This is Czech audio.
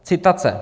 Citace: